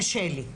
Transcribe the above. קשה לי.